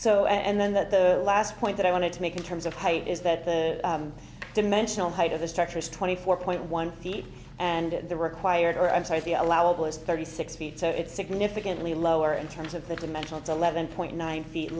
so and then that the last point that i wanted to make in terms of height is that the dimensional height of the structure is twenty four point one feet and the required or i'm sorry the allowable is thirty six feet so it's significantly lower in terms of the dimensional it's eleven point nine feet